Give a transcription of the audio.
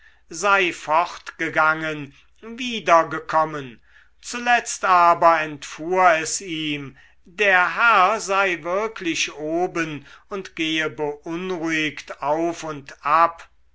sei fortgegangen wiedergekommen zuletzt aber entfuhr es ihm der herr sei wirklich oben und gehe beunruhigt auf und ab